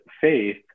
faith